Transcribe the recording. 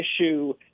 issue